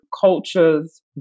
cultures